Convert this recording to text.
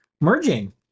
merging